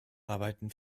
arbeiten